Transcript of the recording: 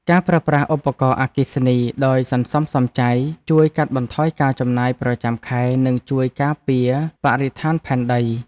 ការប្រើប្រាស់ឧបករណ៍អគ្គិសនីដោយសន្សំសំចៃជួយកាត់បន្ថយការចំណាយប្រចាំខែនិងជួយការពារបរិស្ថានផែនដី។